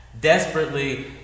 desperately